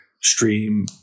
stream